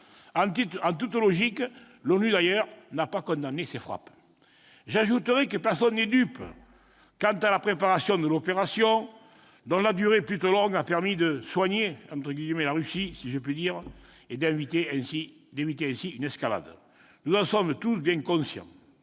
En toute logique, l'ONU n'a d'ailleurs pas condamné ces frappes. Elle a appelé à la retenue ! J'ajouterai que personne n'est dupe quant à la préparation de l'opération, dont la durée plutôt longue a permis de « soigner » la Russie, si je puis dire, et d'éviter ainsi une escalade. Nous en sommes tous bien conscients.